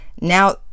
now